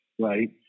right